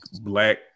black